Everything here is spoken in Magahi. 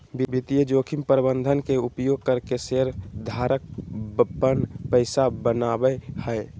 वित्तीय जोखिम प्रबंधन के उपयोग करके शेयर धारक पन पैसा बनावय हय